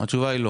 התשובה היא לא.